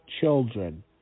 children